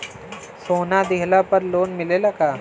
सोना दिहला पर लोन मिलेला का?